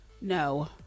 No